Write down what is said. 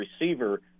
receiver